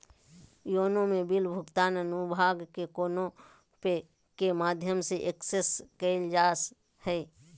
YONO में बिल भुगतान अनुभाग के योनो पे के माध्यम से एक्सेस कइल जा हइ